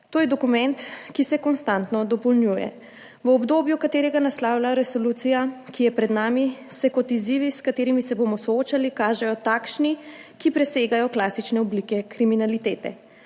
To je dokument, ki se konstantno dopolnjuje. V obdobju, ki ga naslavlja resolucija, ki je pred nami, se kot izzivi, s katerimi se bomo soočali, kažejo takšni, ki presegajo klasične oblike kriminalitete,